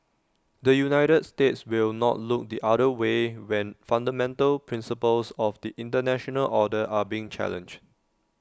the united states will not look the other way when fundamental principles of the International order are being challenged